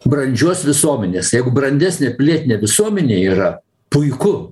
brandžios visuomenės jeigu brandesnė pilietinė visuomenė yra puiku